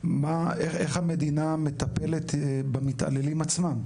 איך המדינה מטפלת במתעללים עצמם?